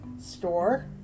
Store